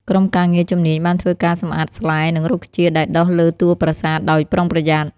ក្រុមការងារជំនាញបានធ្វើការសម្អាតស្លែ និងរុក្ខជាតិដែលដុះលើតួប្រាសាទដោយប្រុងប្រយ័ត្ន។